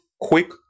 quick